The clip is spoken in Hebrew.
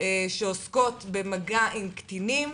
שעוסקות במגע עם קטינים.